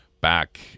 back